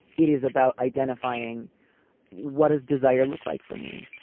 it is about identifying what is desire look like for me?